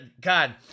God